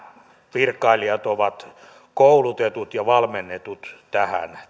virkailijat ovat koulutetut ja valmennetut tähän